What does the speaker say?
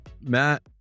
Matt